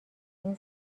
این